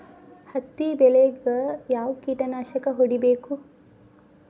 ಹತ್ತಿ ಬೆಳೇಗ್ ಯಾವ್ ಕೇಟನಾಶಕ ಹೋಡಿಬೇಕು?